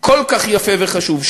כל כך יפה וחשוב,